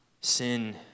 Sin